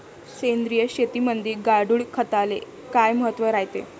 सेंद्रिय शेतीमंदी गांडूळखताले काय महत्त्व रायते?